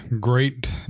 great